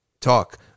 talk